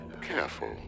careful